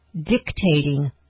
dictating